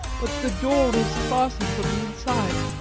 but the door is fastened from the inside.